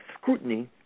scrutiny